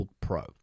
Pro